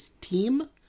team